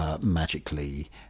Magically